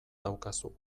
daukazu